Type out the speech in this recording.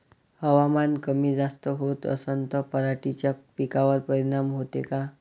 हवामान कमी जास्त होत असन त पराटीच्या पिकावर परिनाम होते का?